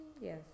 Yes